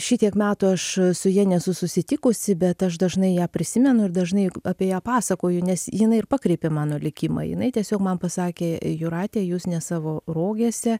šitiek metų aš su ja nesu susitikusi bet aš dažnai ją prisimenu ir dažnai apie ją pasakoju nes jinai ir pakreipė mano likimą jinai tiesiog man pasakė jūrate jūs ne savo rogėse